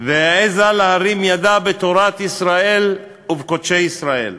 והעזה להרים ידה בתורת ישראל ובקודשי ישראל.